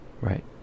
right